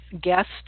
guest